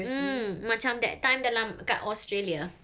mm macam that time dalam kat australia